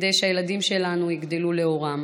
כדי שהילדים שלנו יגדלו לאורם.